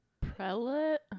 prelate